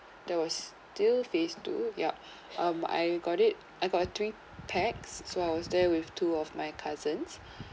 that was still phase two yup um I got it I got a three pax so I was there with two of my cousins